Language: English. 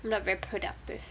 not very productive